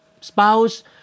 spouse